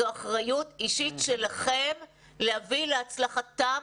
זאת אחריות אישית שלכם להביא להצלחתם